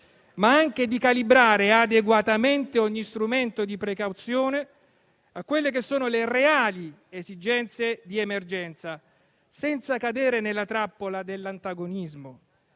ma anche di calibrare adeguatamente ogni strumento di precauzione rispetto alle reali esigenze di emergenza, senza cadere nella trappola dell'antagonismo,